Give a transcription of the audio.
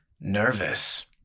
Nervous